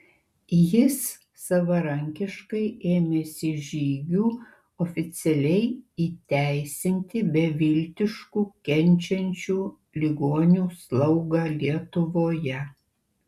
jis savarankiškai ėmėsi žygių oficialiai įteisinti beviltiškų kenčiančių ligonių slaugą lietuvoje